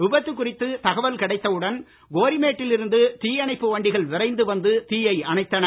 விபத்து குறித்து தகவல் கிடைத்த உடன் கோரிமேட்டில் இருந்து தீயணைப்பு வண்டிகள் விரைந்து வந்து தீயை அணைத்தன